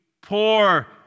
poor